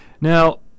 Now